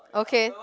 okay